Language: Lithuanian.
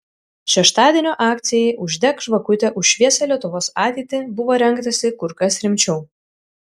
šeštadienio akcijai uždek žvakutę už šviesią lietuvos ateitį buvo rengtasi kur kas rimčiau